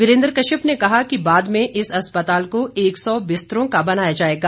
वीरेन्द्र कश्यप ने कहा कि बाद में इस अस्पताल को एक सौ बिस्तरों का बनाया जाएगा